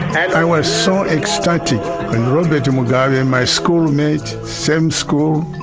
i was so ecstatic when robert and mugabe, and my schoolmate, same school,